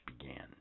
began